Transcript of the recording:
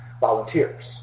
volunteers